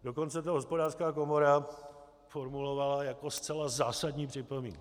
Dokonce to Hospodářská komora formulovala jako zcela zásadní připomínku.